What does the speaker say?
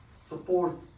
support